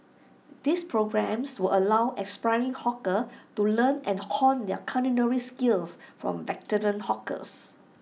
this programmes will allow aspiring hawkers to learn and hone their culinary skills from veteran hawkers